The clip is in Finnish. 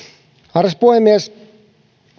arvoisa puhemies